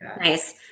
Nice